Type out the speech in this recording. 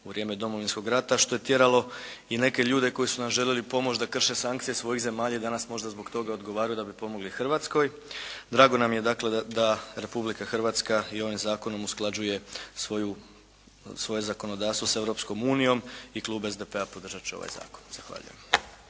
u vrijeme Domovinskog rata što je tjeralo i neke ljude koji su nam želje li pomoći da krše sankcije svojih zemlja i danas možda zbog toga odgovaraju da bi pomogli Hrvatskoj. Drago nam je dakle, da Republika Hrvatska i ovim zakonom usklađuje svoje zakonodavstvo sa Europskom unijom i klub SDP-a podržati će ovaj zakon. Zahvaljujem.